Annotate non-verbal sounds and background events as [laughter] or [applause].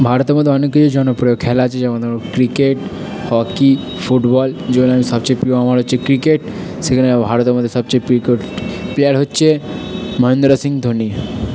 ভারতের মধ্যে অনেক কিছু জনপ্রিয় খেলা আছে যেমন [unintelligible] ক্রিকেট হকি ফুটবল যেগুলো [unintelligible] সবচেয়ে প্রিয় আমার হচ্ছে ক্রিকেট সেখানে ভারতের মধ্যে সবচেয়ে প্রিয় [unintelligible] প্লেয়ার হচ্ছে মহেন্দ্র সিং ধোনি